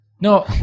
No